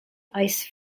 ice